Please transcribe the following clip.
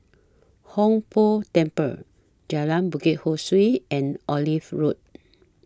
Hong Tho Temple Jalan Bukit Ho Swee and Olive Road